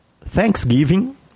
thanksgiving